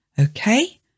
Okay